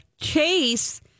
Chase